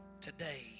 Today